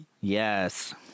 Yes